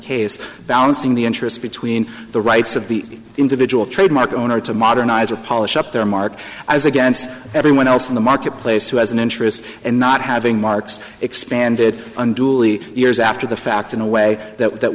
case balancing the interests between the rights of the individual trademark owner to modernize or polish up their mark as against everyone else in the marketplace who has an interest in not having marks expanded unduly years after the fact in a way that